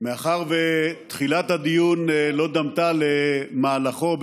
מאחר שתחילת הדיון לא דמתה למהלכו,